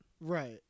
Right